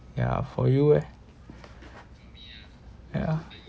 ya for you eh ya